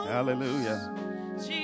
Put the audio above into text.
Hallelujah